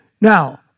now